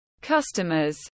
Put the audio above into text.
customers